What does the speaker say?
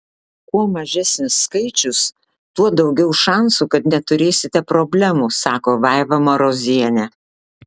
kuo mažesnis skaičius tuo daugiau šansų kad neturėsite problemų sako vaiva marozienė